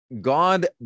God